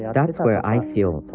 yeah that's where i feel